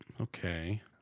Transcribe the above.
Okay